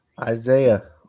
Isaiah